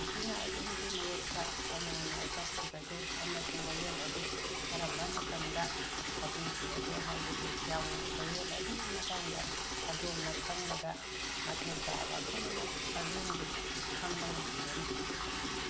ꯃꯁꯤꯅ ꯑꯗꯣꯝꯒꯤ ꯃꯥꯏꯌꯣꯛꯇ ꯀꯅꯥꯅ ꯋꯥꯀꯠꯈꯤꯕꯒꯦ ꯑꯃꯁꯨꯡ ꯋꯥꯌꯦꯜ ꯑꯗꯨ ꯀꯔꯝꯕ ꯃꯇꯝꯗ ꯊꯥꯖꯤꯟꯈꯤꯕꯒꯦ ꯍꯥꯏꯕꯗꯨ ꯌꯥꯎꯅ ꯋꯥꯌꯦꯜ ꯑꯗꯨꯒꯤ ꯃꯇꯥꯡꯗ ꯑꯗꯣꯝꯅ ꯈꯪꯕꯗ ꯃꯊꯧ ꯇꯥꯕ ꯄꯨꯝꯅꯃꯛ ꯑꯗꯣꯝꯕꯨ ꯈꯪꯕ ꯉꯝꯍꯟꯒꯅꯤ